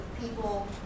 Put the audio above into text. people